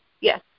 yes